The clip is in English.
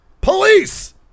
Police